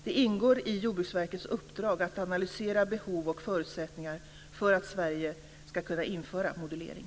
Det ingår i Jordbruksverkets uppdrag att analysera behov och förutsättningar för att Sverige ska kunna införa modulering.